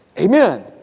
Amen